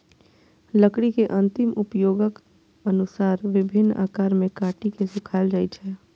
लकड़ी के अंतिम उपयोगक अनुसार विभिन्न आकार मे काटि के सुखाएल जाइ छै